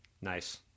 Nice